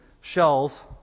shells